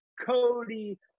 Cody